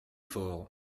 faure